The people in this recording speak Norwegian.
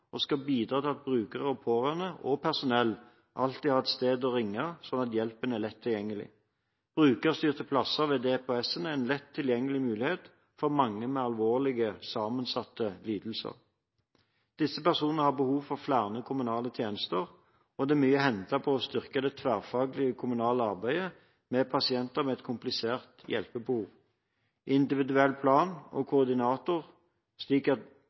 og skal bidra til at bruker, pårørende og personell alltid har et sted å ringe slik at hjelpen er lett tilgjengelig. Brukerstyrte plasser ved DPS er en lett tilgjengelig mulighet for mange med alvorlige og sammensatte lidelser. Disse personene har behov for flere kommunale tjenester, og det er mye å hente på å styrke det tverrfaglige kommunale arbeidet med pasienter med et komplisert hjelpebehov. Individuell plan og koordinator, slik